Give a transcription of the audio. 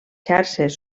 xarxes